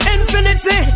Infinity